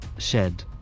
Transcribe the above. shed